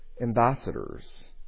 ambassadors